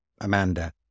Amanda